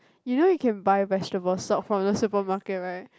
you know you can buy vegetable stock from the supermarket right